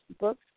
books